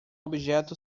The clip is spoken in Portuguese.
objeto